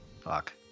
Fuck